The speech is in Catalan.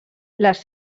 les